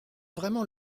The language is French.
vraiment